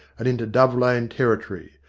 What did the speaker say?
and into dove lane territory.